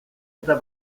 eta